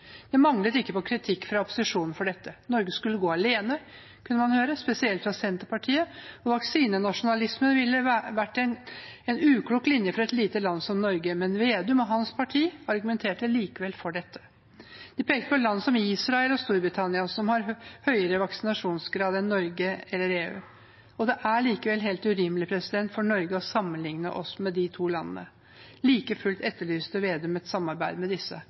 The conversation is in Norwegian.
Det manglet ikke på kritikk fra opposisjonen for dette. Norge skulle gått alene, kunne man høre, spesielt fra Senterpartiet. Vaksinenasjonalismen ville vært en uklok linje for et lite land som Norge, men Slagsvold Vedum og hans parti argumenterte likevel for dette. De pekte på land som Israel og Storbritannia, som har høyere vaksinasjonsgrad enn Norge eller EU. Det er likevel helt urimelig for Norge å sammenligne oss med de to landene. Like fullt etterlyste Vedum et samarbeid med disse